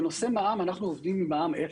בנושא מע"מ אנחנו עובדים עם מע"מ אפס.